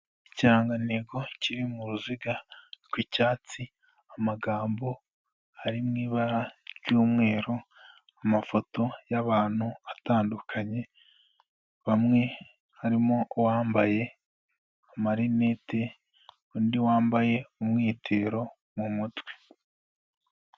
Ikirangantego kiri mu ruziga rw'icyatsi, amagambo ari mu ibara ry'umweru, amafoto y'abantu atandukanye, bamwe harimo uwambaye amarinete, undi wambaye umwitero mu mutwe.